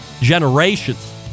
generations